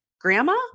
grandma